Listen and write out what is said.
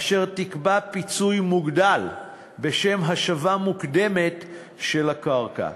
אשר תקבע פיצוי מוגדל בשל השבה מוקדמת של הקרקע.